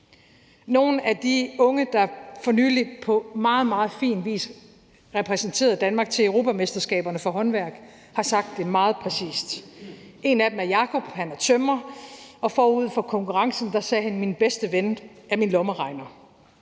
Nogle af de unge, der for nylig på meget, meget fin vis repræsenterede Danmark til europamesterskaberne for håndværk, har sagt det meget præcist. En af dem er Jacob, han er tømrer, og forud for konkurrencen sagde han: Min bedste ven er min lommeregner.